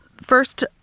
First